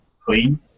clean